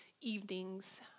Evenings